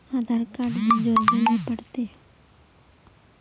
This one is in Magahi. आधार कार्ड भी जोरबे ले पड़ते?